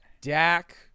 Dak